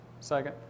second